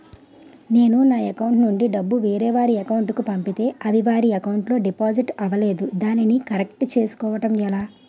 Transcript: నేను నా అకౌంట్ నుండి డబ్బు వేరే వారి అకౌంట్ కు పంపితే అవి వారి అకౌంట్ లొ డిపాజిట్ అవలేదు దానిని కరెక్ట్ చేసుకోవడం ఎలా?